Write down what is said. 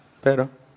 Pero